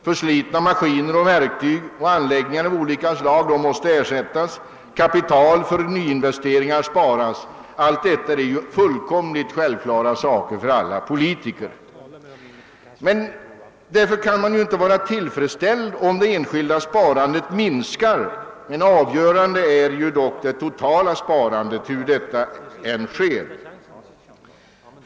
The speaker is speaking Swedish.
Förslitna maskiner, verktyg och anläggningar av olika slag måste ersättas, kapital för nyinvesteringar sparas. Allt detta är fullkomligt självklara saker för alla politiker. Därför kan man inte vara tillfredsställd om det enskilda sparandet minskar. Avgörande är dock det totala sparandet, hur detta än sker.